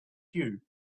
cue